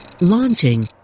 Launching